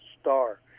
star